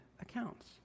accounts